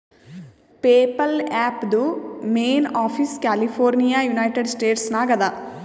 PayPal ಆ್ಯಪ್ದು main office California United States ನಾಗ್ ಅದಾ